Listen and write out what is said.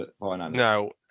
No